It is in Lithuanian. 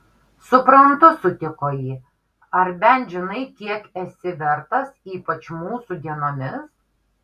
suprantu sutiko ji ar bent žinai kiek esi vertas ypač mūsų dienomis